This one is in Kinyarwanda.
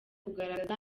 kugaragaza